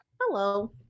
hello